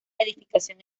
edificación